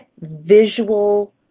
visual